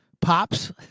pops